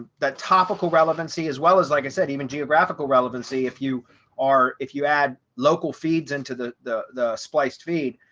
that topical relevancy as well as, like i said, even geographical relevancy, if you are if you add local feeds into the the spliced feed.